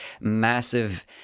massive